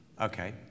Okay